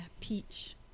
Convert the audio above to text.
Peach